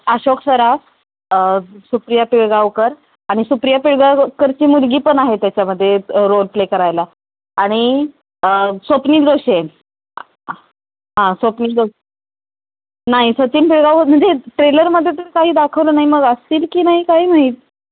अशोक सराफ सुप्रिया पिळगावकर आणि सुप्रिया पिळगावकरची मुलगी पण आहे त्याच्यामध्ये रोल प्ले करायला आणि स्वप्नील जोशी आहे हां स्वप्नील जो नाही सचिन पिळगाव म्हणजे ट्रेलरमध्ये तर काही दाखवलं नाही मग असतील की नाही काही माहीत